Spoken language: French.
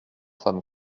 femmes